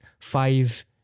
five